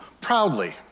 proudly